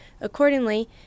Accordingly